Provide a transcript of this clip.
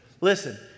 Listen